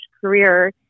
career